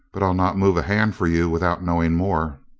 but i'll not move a hand for you without knowing more.